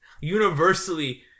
universally